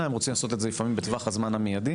הם רוצים לעשות את זה לפעמים בטווח הזמן המיידי.